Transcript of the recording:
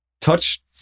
Touch